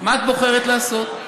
מה את בוחרת לעשות?